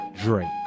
drake